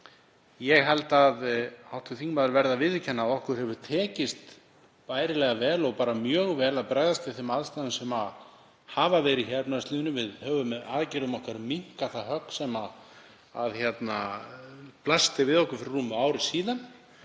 ég held að hv. þingmaður verði að viðurkenna að okkur hefur tekist bærilega vel og bara mjög vel að bregðast við þeim aðstæðum sem hafa verið í efnahagslífinu. Við höfum með aðgerðum okkar minnkað það högg sem blasti við okkur fyrir rúmu ári síðan.